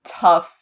tough